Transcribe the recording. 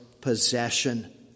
possession